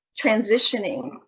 transitioning